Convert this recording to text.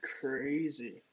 crazy